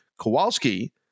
Kowalski